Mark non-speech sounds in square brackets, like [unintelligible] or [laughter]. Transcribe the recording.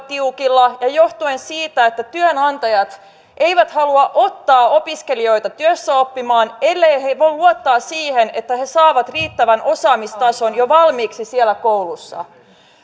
[unintelligible] tiukilla ja johtuen siitä että työnantajat eivät halua ottaa opiskelijoita työssäoppimaan elleivät he voi luottaa siihen että he saavat riittävän osaamistason jo valmiiksi siellä koulussa